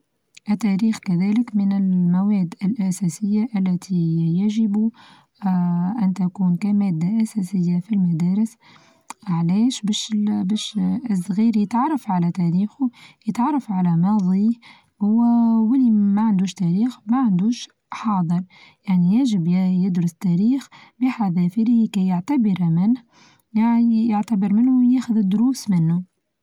التاريخ كذلك من المواد الأساسية التي يچب آآ أن تكون كمادة أساسية في المدارس علاش؟ باش باش آآ الصغير يتعرف على تاريخو يتعرف على ماضيه. هو اللي ما عندوش تاريخ ما عندوش حاضر يعنى يچب يدرس تاريخ بحذافيره كي منه يعتبر منه ياخذ الدروس منه.